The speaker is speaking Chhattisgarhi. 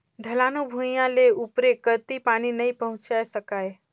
ढलानू भुइयां ले उपरे कति पानी नइ पहुचाये सकाय